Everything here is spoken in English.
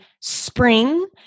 spring